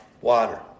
Water